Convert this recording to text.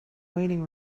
waiting